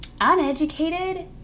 uneducated